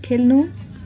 खेल्नु